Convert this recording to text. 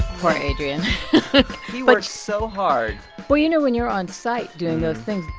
poor adrian he works so hard well, you know, when you're on site doing those things,